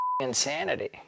insanity